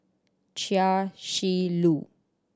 Chia Shi Lu